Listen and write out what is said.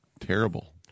terrible